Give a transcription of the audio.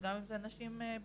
וגם אם זה נשים בגירות.